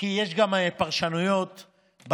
כי יש גם פרשנויות בניסוחים,